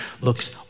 looks